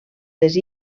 les